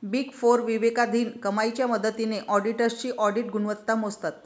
big four विवेकाधीन कमाईच्या मदतीने ऑडिटर्सची ऑडिट गुणवत्ता मोजतात